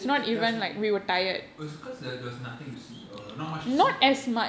wait there there was oh it's because there there was nothing to see or not much to see or